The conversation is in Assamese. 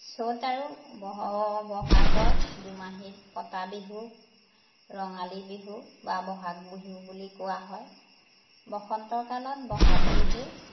চ'ত আৰু ব বহাগৰ দুমাহিত পতা বিহু ৰঙালী বিহু বা বহাগ বিহু বুলি কোৱা হয় বসন্ত কালত বহাগ বিহু